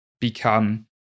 become